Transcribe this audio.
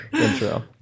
intro